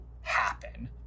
happen